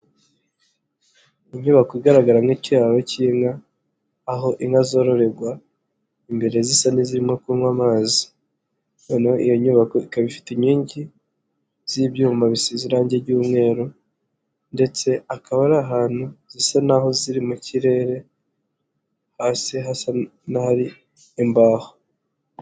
Inyubako igaragara nk'ikiraro cy'inka aho inka zororerwa imbere zisa n'izirimo kunywa amazi, noneho iyo nyubako ikaba ifite inkingi z'ibyuma bisize irangi ry'umweru ndetse akaba ari ahantu zisa naho ziri mu kirere hasi hasa n'ahari imbaho.